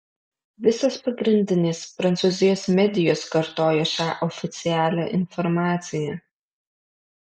visos pagrindinės prancūzijos medijos kartojo šią oficialią informaciją